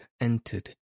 entered